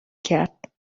کرد